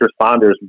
responders